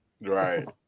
Right